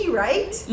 right